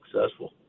successful